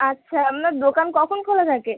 আচ্ছা আপনার দোকান কখন খোলা থাকে